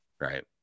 Right